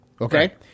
Okay